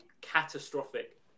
catastrophic